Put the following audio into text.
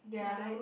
right